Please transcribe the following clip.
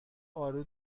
آلو